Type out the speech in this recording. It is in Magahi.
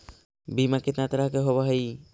बीमा कितना तरह के होव हइ?